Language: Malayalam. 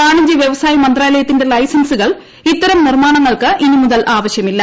വാണിജ്യ വ്യവസായ മന്ത്രാലയത്തിന്റെ ലൈസൻസുകൾ ഇത്തരം നിർമാണങ്ങൾക്ക് ഇനി മുതൽ ആവശ്യമില്ല